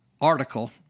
article